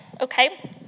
okay